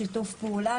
בשיתוף פעולה,